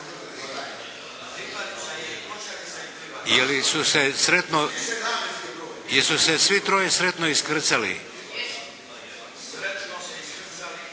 Je li su se sretno, jesu se svi troje sretno iskrcali?